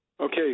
Okay